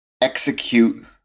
execute